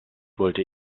wollte